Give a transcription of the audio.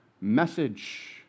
message